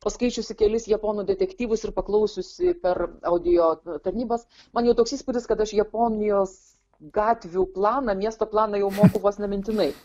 paskaičiusi kelis japonų detektyvus ir paklausiusi per audio tarnybas man jau toks įspūdis kad aš japonijos gatvių planą miesto planą jau moku vos ne mintinai